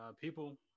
people